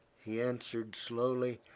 he answered, slowly,